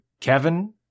kevin